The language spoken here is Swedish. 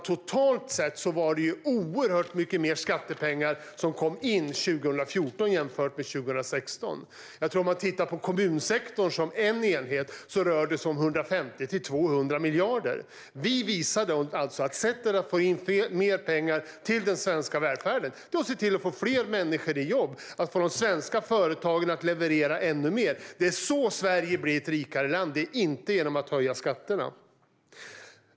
Totalt sett var det oerhört mycket mer skattepengar som kom in 2014 jämfört med 2016. I kommunsektorn tror jag att det rör sig om 150-200 miljarder. Vi visade alltså att sättet att få in mer pengar till den svenska välfärden är att se till att få fler människor i jobb och att få de svenska företagen att leverera ännu mer. Det är så Sverige blir ett rikare land, inte genom att höja skatterna.